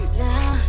now